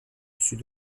sud